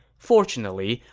fortunately,